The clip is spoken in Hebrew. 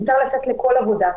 מותר לצאת לכל עבודה.